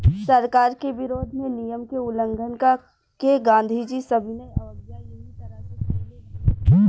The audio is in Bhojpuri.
सरकार के विरोध में नियम के उल्लंघन क के गांधीजी सविनय अवज्ञा एही तरह से कईले रहलन